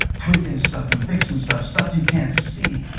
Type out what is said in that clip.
tweaking stuff and fixing stuff, stuff you can't see.